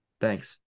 thanks